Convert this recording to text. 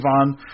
on